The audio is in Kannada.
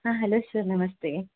ಹಾಂ ಹಲೋ ಸರ್ ನಮಸ್ತೆ